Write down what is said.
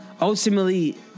ultimately